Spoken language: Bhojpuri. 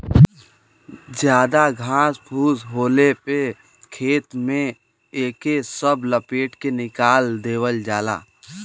जादा घास फूस होले पे खेत में एके सब लपेट के निकाल देवल जाला